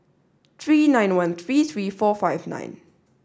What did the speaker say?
three nine one three three four five nine